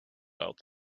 out